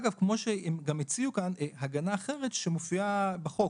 אגב, הם גם הציעו כאן הגנה אחרת שמופיעה בחוק.